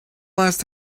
last